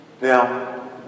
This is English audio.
Now